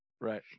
Right